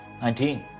Nineteen